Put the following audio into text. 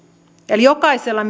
eli jokaisella